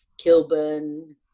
Kilburn